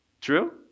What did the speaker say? True